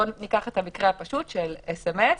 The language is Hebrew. בוא ניקח את המקרה הפשוט של סמ"ס.